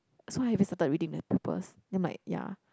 so have you started reading the papers then might ya